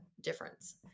difference